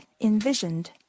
envisioned